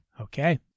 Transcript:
Okay